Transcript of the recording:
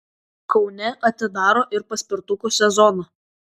kaune atidaro ir paspirtukų sezoną